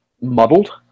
muddled